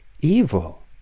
evil